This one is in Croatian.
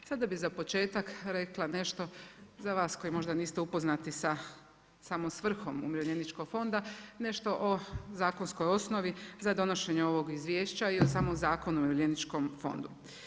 Sada bih za početak rekla nešto za vas koji možda niste upoznati sa samom svrhom Umirovljeničkog fonda, nešto o zakonskoj osnovi za donošenje ovog izvješća i o samom Zakonu o Umirovljeničkom fondu.